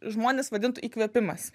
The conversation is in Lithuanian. žmonės vadintų įkvėpimas